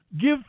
Give